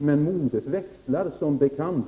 Men modet växlar, som bekant!